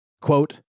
Quote